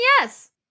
yes